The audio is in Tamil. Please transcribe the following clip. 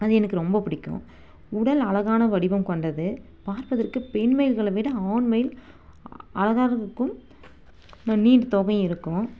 அது எனக்கு ரொம்ப பிடிக்கும் உடல் அழகான வடிவம் கொண்டது பார்ப்பதற்கு பெண் மயில்களை விட ஆண் மயில் அழகாக இருக்கும் நீண்ட தோகையும் இருக்கும்